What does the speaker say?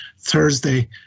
Thursday